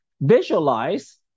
visualize